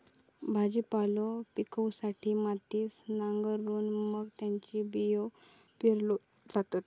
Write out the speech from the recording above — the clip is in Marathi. भाजीपालो पिकवूसाठी मातीत नांगरून मग त्यात बियो पेरल्यो जातत